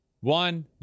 one